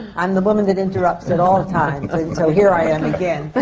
i'm the woman that interrupts at all times, so here i am again.